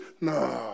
Nah